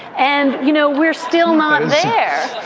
and, you know, we're still not there.